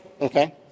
Okay